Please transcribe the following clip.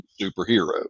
superhero